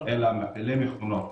אלא מפעילי מכונות,